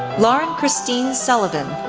lauren christine sullivan,